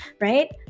Right